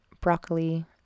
broccoli